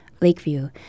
Lakeview